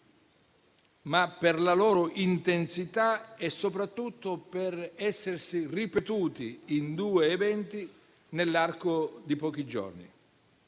ma per la loro intensità e, soprattutto, per essersi ripetuti in due eventi nell'arco di pochi giorni.